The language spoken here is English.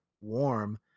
warm